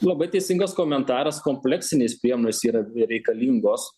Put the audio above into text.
labai teisingas komentaras kompleksinės priemonės yra reikalingos